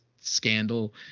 scandal